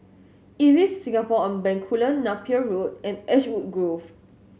Ibis Singapore On Bencoolen Napier Road and Ashwood Grove